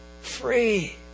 free